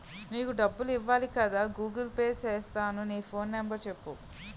నీకు డబ్బులు ఇవ్వాలి కదా గూగుల్ పే సేత్తాను నీ ఫోన్ నెంబర్ సెప్పు